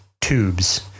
tubes